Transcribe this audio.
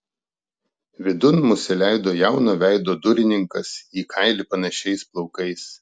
vidun mus įleido jauno veido durininkas į kailį panašiais plaukais